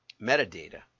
metadata